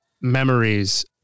memories